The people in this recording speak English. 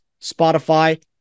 Spotify